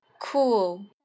Cool